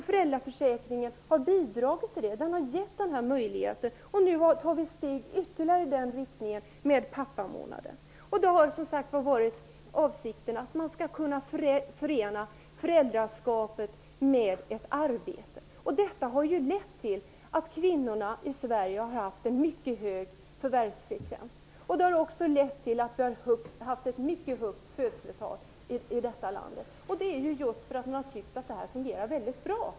Föräldraförsäkringen har bidragit till det, den har gett den möjligheten. Nu tar vi ytterligare ett steg i den riktningen med pappamånaden. Avsikten har varit att man skall kunna förena föräldraskapet med ett arbete. Detta har lett till att kvinnorna i Sverige har haft en mycket hög förvärvsfrekvens. Det har också lett till att vi haft ett mycket högt födslotal i det här landet, just därför att man har tyckt att det här har fungerat väldigt bra.